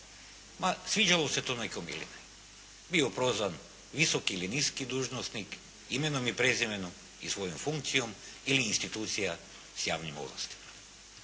Ma sviđalo se to nekom ili ne. Bio prozvan visoki ili niski dužnosnik imenom i prezimenom i svojom funkcijom ili institucija s javnim ovlastima.